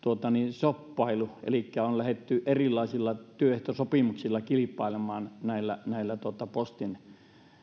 shoppailu elikkä on lähdetty erilaisilla työehtosopimuksilla kilpailemaan näillä näillä postin